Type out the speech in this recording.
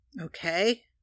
Okay